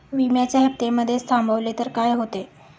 विम्याचे हफ्ते मधेच थांबवले तर काय होते?